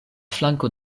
flanko